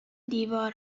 دیوار